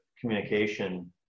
communication